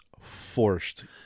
forced